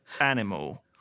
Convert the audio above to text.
animal